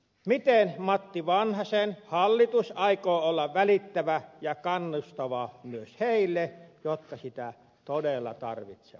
miten matti vanhasen hallitus aikoo olla välittävä ja kannustava myös heille jotka sitä todella tarvitsevat